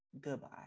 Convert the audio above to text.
goodbye